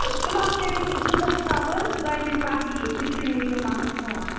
فِلحال کٔرِو تُہۍ زٕ دۄہ صبر دۄیہِ دُہۍ پَتہٕ یِیِو تُہۍ تُہۍ نیٖزیٚو پنُن فون